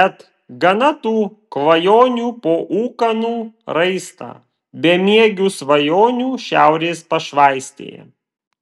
et gana tų klajonių po ūkanų raistą bemiegių svajonių šiaurės pašvaistėje